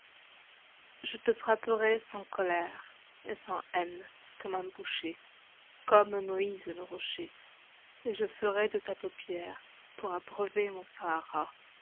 je te frapperai sans colère et sans haine comme un boucher comme moïse le rocher et je ferai de ta paupière pour abreuver mon sahara